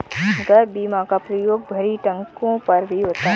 gap बीमा का प्रयोग भरी ट्रकों पर भी होता है